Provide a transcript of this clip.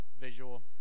visual